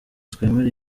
twemera